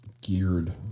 geared